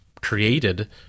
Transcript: created